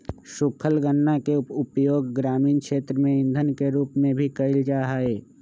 सूखल गन्ना के उपयोग ग्रामीण क्षेत्र में इंधन के रूप में भी कइल जाहई